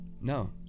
no